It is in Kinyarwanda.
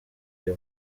ayo